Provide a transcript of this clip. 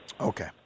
Okay